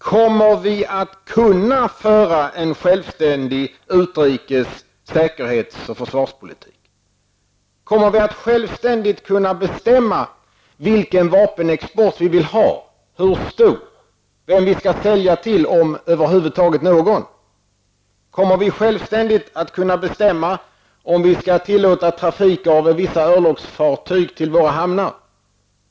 Kommer vi att kunna föra en självständig utrikes-, säkerhets och försvarspolitik? Kommer vi att självständigt kunna bestämma vilken vapenexport vi vill ha -- hur stor, vem vi skall sälja till, om över huvud taget till någon? Kommer vi att självständigt kunna bestämma om vi skall tillåta trafik av vissa örlogsfartyg till våra hamnar?